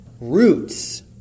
roots